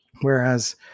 Whereas